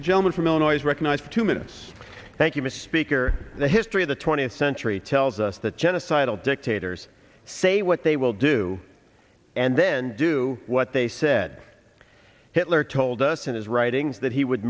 the gentleman from illinois recognized for two minutes thank you miss speaker the history of the twentieth century tells us that genocidal dictators say what they will do and then do what they said hitler told us in his writings that he would